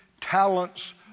talents